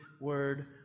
Word